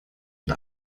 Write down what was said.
und